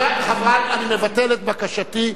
אני מבטל את בקשתי.